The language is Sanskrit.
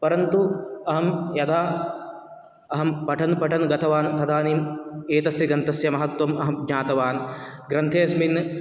परन्तु अहं यदा अहं पठन् पठन् गतवान् तदानीं एतस्य ग्रन्थस्य महत्वम् अहं ज्ञातवान् ग्रन्थेऽस्मिन्